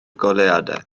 goleuadau